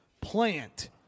plant